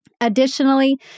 Additionally